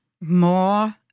more